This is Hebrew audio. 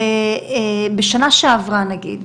בשנה שעברה נגיד,